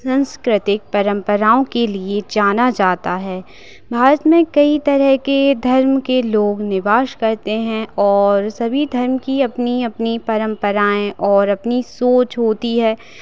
सांस्कृतिक परंपराओं के लिए जाना जाता है भारत में कई तरह के धर्म के लोग निवास करते हैं और सभी धर्म की अपनी अपनी परम्पराएँ और अपनी सोच होती है